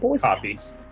copies